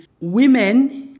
women